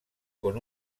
con